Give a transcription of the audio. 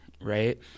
Right